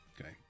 Okay